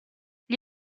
gli